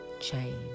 change